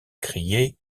criait